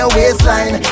waistline